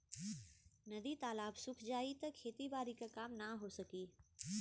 नदी तालाब सुख जाई त खेती बारी क काम ना हो सकी